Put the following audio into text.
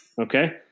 Okay